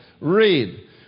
Read